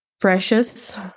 precious